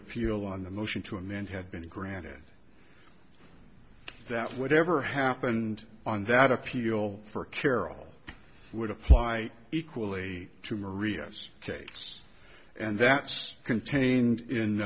appeal on the motion to amend had been granted that whatever happened on that appeal for carol would apply equally to maria's case and that's contained in